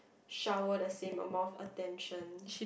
shower the same amount of attention